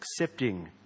accepting